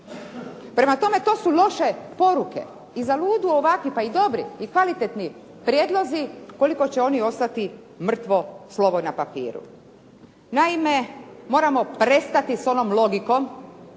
Prema tome, to su loše poruke i zaludu ovakvi pa i dobri i kvalitetni prijedlozi koliko će oni ostati mrtvo slovo na papiru. Naime, moramo prestati s onom logikom